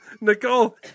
Nicole